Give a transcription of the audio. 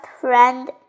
friend